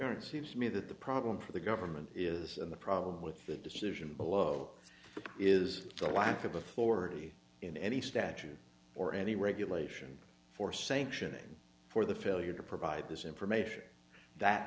to seems to me that the problem for the government is and the problem with that decision below is the lack of a forty in any statute or any regulation for sanctioning for the failure to provide this information that